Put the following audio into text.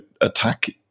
attack